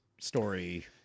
story